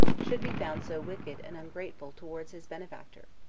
should be found so wicked and ungrateful towards his benefactor,